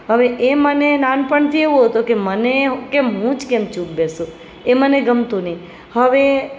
હવે એ મને નાનપણથી એવું હતું કે મને કે હું જ કેમ ચુપ બેસું એ મને ગમતું નહીં હવે